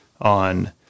on